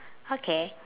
okay